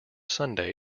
sunday